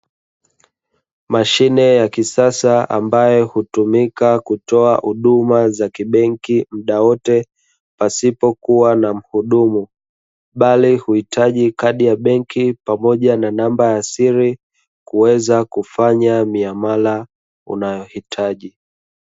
Mashine ya kisasa, ambayo hutumika kutoa huduma za kibenki muda wote pasipo kuwa na mhudumu, bali huhitaji kadi ya benki pamoja na namba ya siri kuweza kufanya miamala unayohitaji.